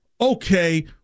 okay